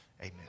Amen